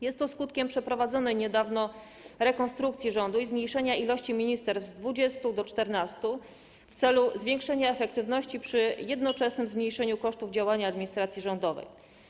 Jest to skutek przeprowadzonej niedawno rekonstrukcji rządu i zmniejszenia ilości ministerstw z 20 do 14 w celu zwiększenia efektywności przy jednoczesnym zmniejszeniu kosztów działania administracji rządowej.